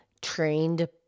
trained